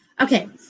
Okay